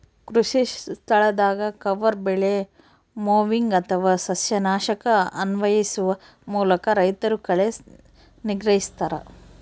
ಕೃಷಿಸ್ಥಳದಾಗ ಕವರ್ ಬೆಳೆ ಮೊವಿಂಗ್ ಅಥವಾ ಸಸ್ಯನಾಶಕನ ಅನ್ವಯಿಸುವ ಮೂಲಕ ರೈತರು ಕಳೆ ನಿಗ್ರಹಿಸ್ತರ